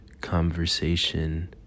conversation